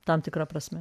tam tikra prasme